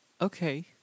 Okay